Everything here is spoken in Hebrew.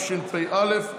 התשפ"א 2021,